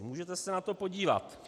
Můžete se na to podívat.